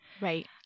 Right